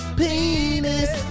penis